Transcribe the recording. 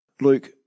Luke